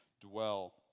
dwell